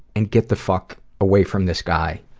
and get the fuck away from this guy.